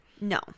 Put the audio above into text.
No